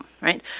right